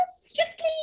strictly